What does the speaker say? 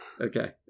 Okay